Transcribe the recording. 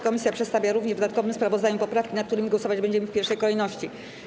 Komisja przedstawia również w dodatkowym sprawozdaniu poprawki, nad którymi głosować będziemy w pierwszej kolejności.